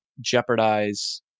jeopardize